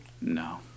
No